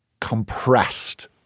compressed